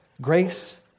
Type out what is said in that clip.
Grace